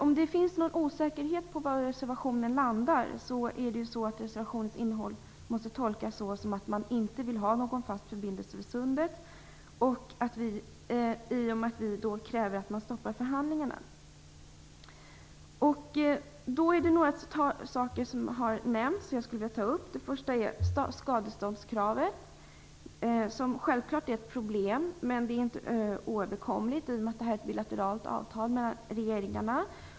Om det finns någon osäkerhet om var reservationen landar vill jag säga att reservationens innehåll måste tolkas som att man inte vill ha någon fast förbindelse över sundet i och med att vi kräver att man stoppar förhandlingarna. Det är några saker som har nämnts som jag skulle vilja ta upp. Den första är skadeståndskravet, som självklart är ett problem. Men det är inte oöverkomligt i och med att det här är ett bilateralt avtal mellan regeringarna.